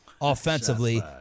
offensively